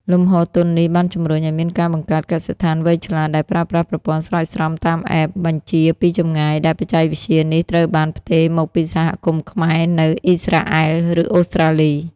លំហូរទុននេះបានជំរុញឱ្យមានការបង្កើត "កសិដ្ឋានវៃឆ្លាត"ដែលប្រើប្រាស់ប្រព័ន្ធស្រោចស្រពតាម App បញ្ជាពីចម្ងាយ ដែលបច្ចេកវិទ្យានេះត្រូវបានផ្ទេរមកពីសហគមន៍ខ្មែរនៅ អ៊ីស្រាអែល ឬអូស្ត្រាលី។